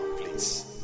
please